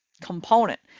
component